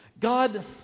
God